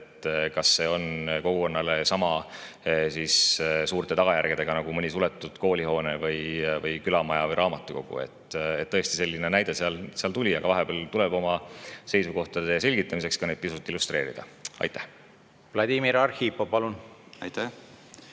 võrra on kogukonnale sama suurte tagajärgedega nagu mõni suletud koolihoone, külamaja või raamatukogu? Tõesti, selline näide seal oli, aga vahepeal tuleb oma seisukohtade selgitamiseks neid ka pisut illustreerida. Vladimir Arhipov, palun! Aitäh!